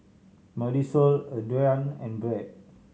Marisol Adriane and Brad